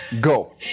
go